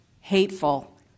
hateful